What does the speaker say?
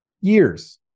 Years